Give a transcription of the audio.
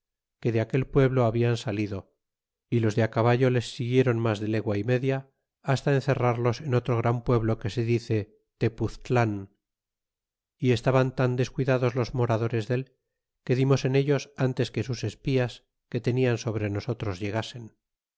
que de aquel pueblo hablan salido y los de caballo les siguieron mas de le gua y media basta encerrarlos en otro gran pueblo que se dice tepuztlan y estaban tan descuidados los moradores dél que dimos en ellos antes que sus espías que tenian sobre nosotros llegasen